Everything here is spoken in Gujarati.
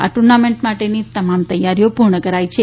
આ ટૂર્નામેન્ટ માટેની તમામ તૈયારીઓ પૂર્ણ કરાઈ છે